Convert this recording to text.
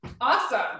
Awesome